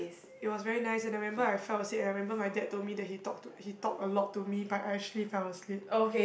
it was very nice and I remember I fell asleep and I remember my dad told me that he talk to he talked a lot to me but I actually fell asleep